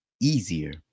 easier